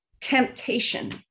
temptation